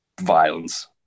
violence